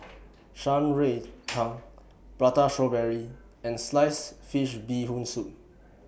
Shan Rui Tang Prata Strawberry and Sliced Fish Bee Hoon Soup